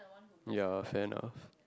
ya fair enough